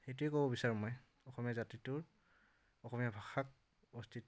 সেইটোৱে ক'ব বিচাৰোঁ মই অসমীয়া জাতিটোৰ অসমীয়া ভাষাৰ অস্তিত্ব